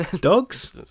Dogs